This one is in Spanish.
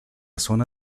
zona